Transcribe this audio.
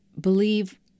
believe